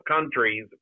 countries